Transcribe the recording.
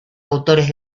autores